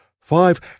five